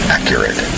Accurate